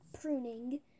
pruning